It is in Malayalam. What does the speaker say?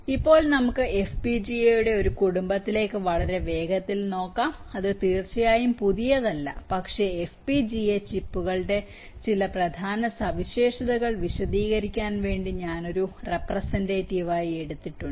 ഇപ്പോൾ നമുക്ക് FPGA യുടെ ഒരു കുടുംബത്തിലേക്ക് വളരെ വേഗത്തിൽ നോക്കാം അത് തീർച്ചയായും പുതിയതല്ല പക്ഷേ FPGA ചിപ്പുകളുടെ ചില പ്രധാന സവിശേഷതകൾ വിശദീകരിക്കാൻ വേണ്ടി ഞാൻ ഒരു റെപ്രെസെന്ററ്റീവ് ആയി എടുത്തിട്ടുണ്ട്